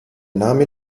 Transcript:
name